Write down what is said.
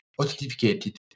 authenticated